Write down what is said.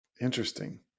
Interesting